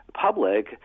public